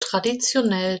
traditionell